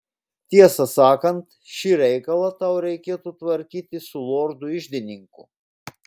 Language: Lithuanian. tiesą sakant šį reikalą tau reikėtų tvarkyti su lordu iždininku